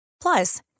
Plus